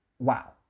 wow